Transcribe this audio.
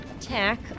tack